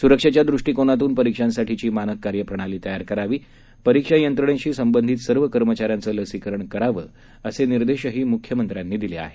सुरक्षेच्या दृष्टीकोनातून परीक्षांसाठीची मानक कार्यप्रणाली तयार करावी परीक्षा यंत्रणेशी संबंधित सर्व कर्मचाऱ्यांचं लसीकरण करावं असे निर्देशही मुख्यमंत्र्यांनी दिले आहेत